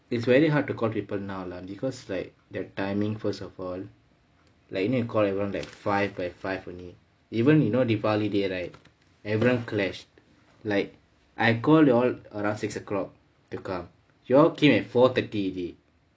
it's very hard to call people now lah because like their timing first of all like you need to call everyone like five by five only even you know deepavali day right everyone clashed like I call you all around six o'clock to come you all came at four thirty already